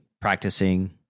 practicing